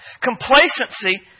complacency